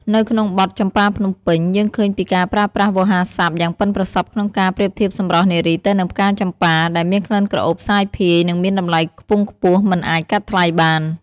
នៅក្នុងបទ "ចំប៉ាភ្នំពេញ" យើងឃើញពីការប្រើប្រាស់វោហារស័ព្ទយ៉ាងប៉ិនប្រសប់ក្នុងការប្រៀបធៀបសម្រស់នារីទៅនឹងផ្កាចំប៉ា ដែលមានក្លិនក្រអូបសាយភាយ និងមានតម្លៃខ្ពង់ខ្ពស់មិនអាចកាត់ថ្លៃបាន។